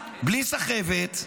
בלי סחבת.